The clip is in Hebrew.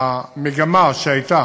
המגמה שהייתה,